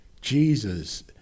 Jesus